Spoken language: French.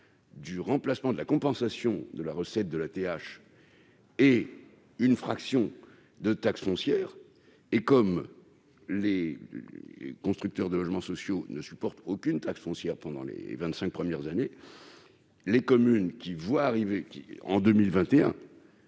le remplacement de la recette de taxe d'habitation est une fraction de taxe foncière et comme les constructeurs de logements sociaux ne supportent aucune taxe foncière pendant les vingt-cinq premières années, les communes qui voient arriver en 2121